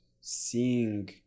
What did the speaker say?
seeing